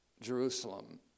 Jerusalem